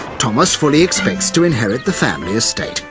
thomas fully expects to inherit the family estate,